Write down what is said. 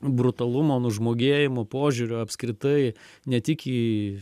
brutalumo nužmogėjimo požiūriu apskritai ne tik į